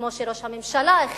כמו שראש הממשלה הכריז,